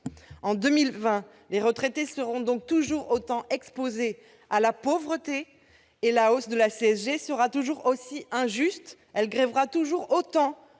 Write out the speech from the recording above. En 2020, les retraités seront donc toujours aussi exposés à la pauvreté ; la hausse de la CSG sera toujours aussi injuste et grèvera toujours autant